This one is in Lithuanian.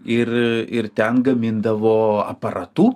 ir ir ten gamindavo aparatu